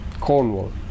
Cornwall